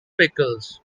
pickles